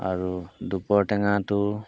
আৰু দুপৰটেঙাটো